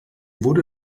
wurde